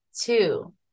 Two